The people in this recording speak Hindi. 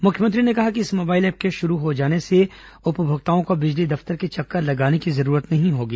मुख्यमंत्री ने कहा कि इस मोबाइल ऐप के शुरू हो जाने से उपभोक्ताओं को अब बिजली दफ्तर के चक्कर लगाने की जरूरत नहीं होगी